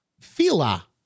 Fila